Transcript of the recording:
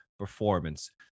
performance